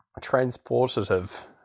transportative